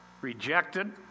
rejected